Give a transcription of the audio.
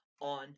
on